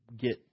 get